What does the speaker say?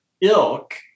ilk